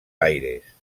aires